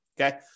Okay